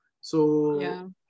So-